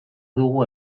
dugu